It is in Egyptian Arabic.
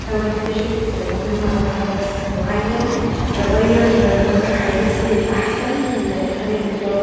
احاول اكتشف مهمه او حدث معين يغير مجري حياتي للأحسن خلال الاسبوع دا.